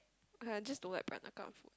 uh I just don't like Peranakan food